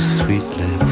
sweetly